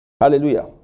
Hallelujah